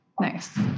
Nice